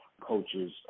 coaches